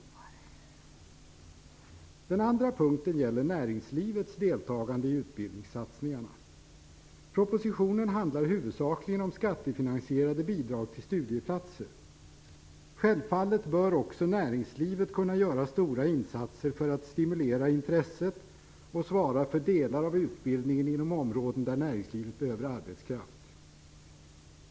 För det andra gäller det näringslivets deltagande i utbildningssatsningarna. Propositionen handlar huvudsakligen om skattefinansierade bidrag till studieplatser. Självfallet bör också näringslivet kunna göra stora insatser för att stimulera intresset och svara för delar av utbildningen inom områden där näringslivet behöver arbetskraft.